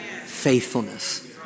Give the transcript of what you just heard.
faithfulness